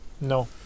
No